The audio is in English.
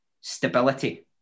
stability